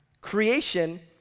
creation